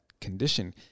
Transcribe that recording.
condition